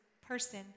person